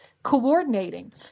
coordinating